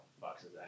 boxes